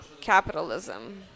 Capitalism